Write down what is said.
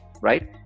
right